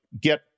get